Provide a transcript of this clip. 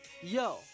yo